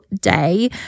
day